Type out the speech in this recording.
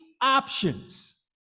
options